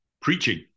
preaching